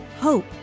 hope